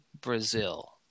Brazil